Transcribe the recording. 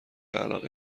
علاقه